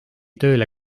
tööle